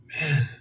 man